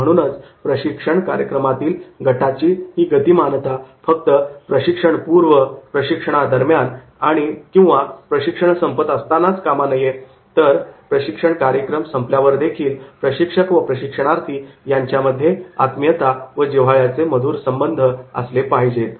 आणि म्हणूनच प्रशिक्षण कार्यक्रमातील गटाची ही गतिमानता फक्त प्रशिक्षण पूर्व प्रशिक्षणादरम्यान किंवा प्रशिक्षण संपत असतानाच असता कामा नये तर प्रशिक्षण कार्यक्रम संपल्यावरदेखील प्रशिक्षक व प्रशिक्षणार्थी यांच्यामध्ये आत्मीयता व जिव्हाळ्याचे मधुर संबंध असले पाहिजेत